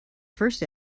first